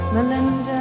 Melinda